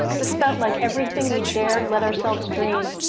this felt like everything we dared let ourselves dream,